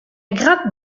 grappe